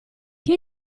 che